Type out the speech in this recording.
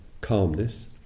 calmness